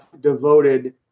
devoted